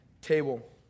table